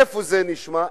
איפה זה נשמע?